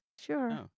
Sure